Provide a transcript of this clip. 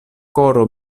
koro